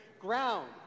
ground